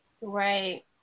Right